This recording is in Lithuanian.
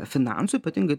finansų ypatingai